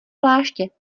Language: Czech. pláště